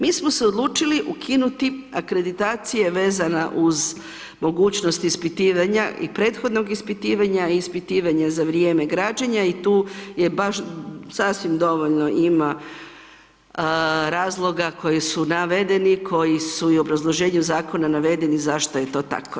Mi smo se odlučili ukinuti akreditacije vezane uz mogućnost ispitivanja i prethodnog ispitivanja i ispitivanja za vrijeme građenja i tu je baš sasvim dovoljno ima razloga koji su navedeni, koji su i u obrazloženju zakona navedeni zašto je to tako.